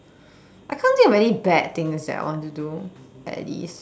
I can't think of any bad things that I want to do at least